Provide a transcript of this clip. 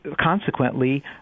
consequently